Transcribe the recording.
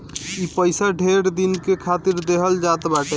ई पइसा ढेर दिन के खातिर देहल जात बाटे